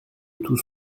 tout